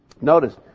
Notice